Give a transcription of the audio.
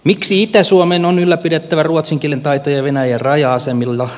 miksi itä suomen on ylläpidettävä ruotsin kielen taitoja venäjän raja asemilla